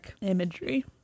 imagery